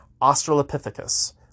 Australopithecus